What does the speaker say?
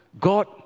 God